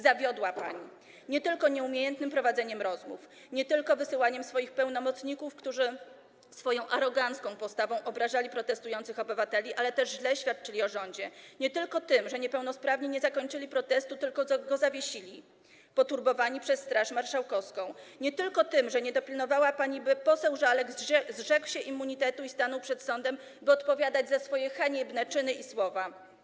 Zawiodła pani nie tylko nieumiejętnym prowadzeniem rozmów, nie tylko wysyłaniem swoich pełnomocników, którzy swoją arogancką postawą obrażali protestujących obywateli, ale też źle świadczyli o rządzie, nie tylko tym, że niepełnosprawni nie zakończyli protestu, tylko go zawiesili, poturbowani przez Straż Marszałkowską, nie tylko tym, że nie dopilnowała pani, by poseł Żalek zrzekł się immunitetu i stanął przed sądem, by odpowiadać za swoje haniebne czyny i słowa.